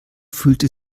fühlte